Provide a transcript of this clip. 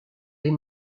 est